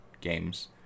games